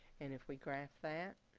and if we graph that.